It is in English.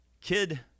kid